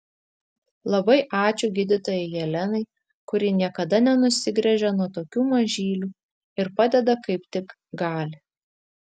labai ačiū gydytojai jelenai kuri niekada nenusigręžia nuo tokių mažylių ir padeda kaip tik gali